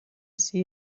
see